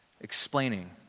explaining